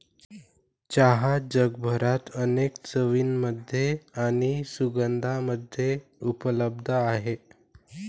चहा जगभरात अनेक चवींमध्ये आणि सुगंधांमध्ये उपलब्ध आहे